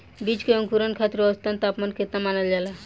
बीज के अंकुरण खातिर औसत तापमान केतना मानल जाला?